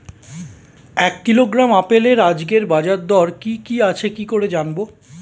এক কিলোগ্রাম আপেলের আজকের বাজার দর কি কি আছে কি করে জানবো?